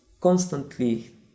constantly